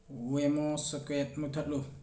WeMo socket ꯃꯨꯊꯠꯂꯨ